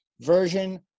version